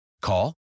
Call